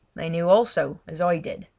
they knew also, as i did,